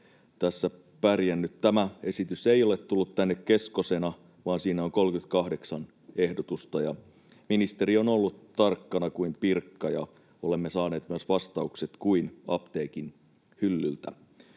tässä pärjännyt. Tämä esitys ei ole tullut tänne keskosena, vaan siinä on 38 ehdotusta. Ministeri on ollut tarkkana kuin Pirkka, ja olemme saaneet myös vastaukset kuin apteekin hyllyltä.